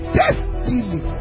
destiny